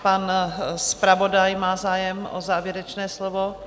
Pan zpravodaj má zájem o závěrečné slovo?